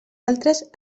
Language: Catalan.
altres